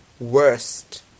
worst